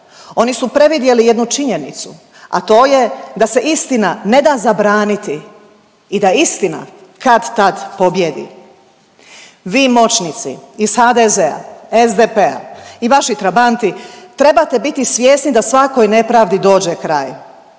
Oni su previdjeli jednu činjenicu, a to je da se istina ne da zabraniti i da istina kad-tad pobjedi. Vi moćnici iz HDZ-a, SDP-a i vaši trabanti trebate biti svjesni da svakoj nepravdi dođe kraj.